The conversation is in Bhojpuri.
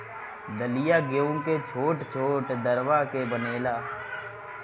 दलिया गेंहू के छोट छोट दरवा के बनेला